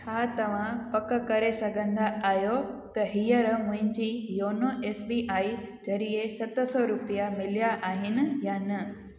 छा तव्हां पक करे सघंदा आहियो त हींअर मुंहिंजी योनो एस बी आई ज़रिए सत सौ रुपिया मिलिया आहिनि या न